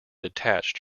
detached